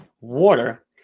water